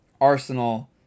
Arsenal